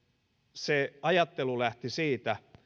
se ajattelu lähti siitä